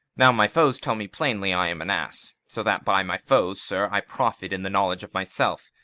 now my foes tell me plainly i am an ass so that by my foes, sir, i profit in the knowledge of myself,